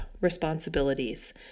responsibilities